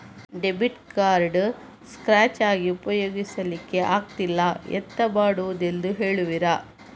Debit card scratch ಆಗಿ ಉಪಯೋಗಿಸಲ್ಲಿಕ್ಕೆ ಆಗ್ತಿಲ್ಲ, ಎಂತ ಮಾಡುದೆಂದು ಹೇಳುವಿರಾ?